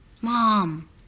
Mom